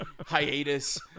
hiatus